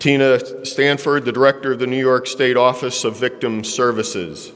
tina stanford the director of the new york state office of victim services